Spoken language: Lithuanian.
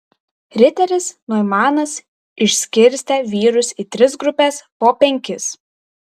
riteris noimanas išskirstė vyrus į tris grupes po penkis